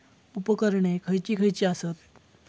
उपकरणे खैयची खैयची आसत?